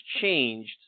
changed